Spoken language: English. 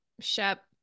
Shep